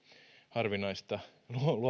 harvinaista